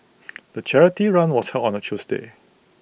the charity run was held on A Tuesday